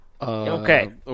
Okay